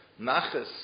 naches